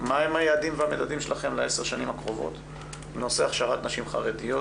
מהם היעדים והמדדים שלכם לעשר השנים הקרובות בנושא הכשרת נשים חרדיות